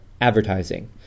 advertising